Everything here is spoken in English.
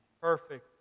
perfect